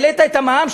העלית את המע"מ,